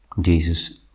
Jesus